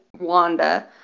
Wanda